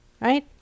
right